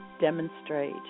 demonstrate